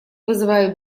вызывает